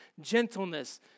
gentleness